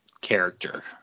character